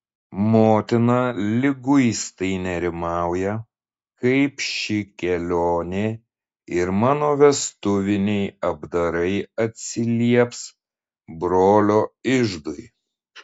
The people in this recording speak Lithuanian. motina liguistai nerimauja kaip ši kelionė ir mano vestuviniai apdarai atsilieps brolio iždui